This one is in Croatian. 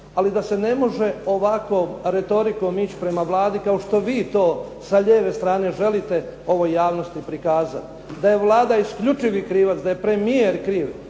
ali da se ne može ovakvom retorikom ići prema Vladi kao što vi to sa lijeve strane želite ovoj javnosti prikazati, da je Vlada isključivi krivac, da je premijer kriv.